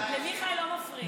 למיכאל לא מפריעים.